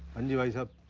um the police have